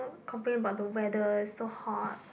complain about the weather it's so hot